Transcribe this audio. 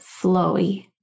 flowy